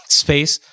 space